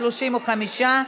35,